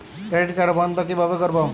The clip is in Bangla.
ক্রেডিট কার্ড বন্ধ কিভাবে করবো?